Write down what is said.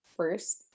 first